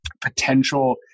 potential